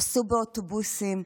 נסעו באוטובוסים,